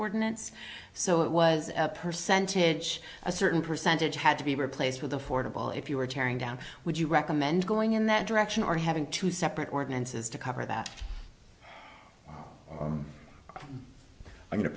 ordinance so it was a percentage a certain percentage had to be replaced with affordable if you were tearing down would you recommend going in that direction or having two separate ordinances to cover that